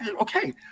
okay